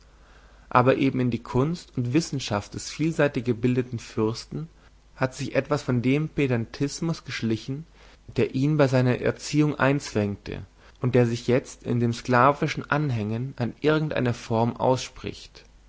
aber eben in die kunst und wissenschaft des vielseitig gebildeten fürsten hat sich etwas von dem pedantismus geschlichen der ihn bei seiner erziehung einzwängte und der sich jetzt in dem sklavischen anhängen an irgendeine form ausspricht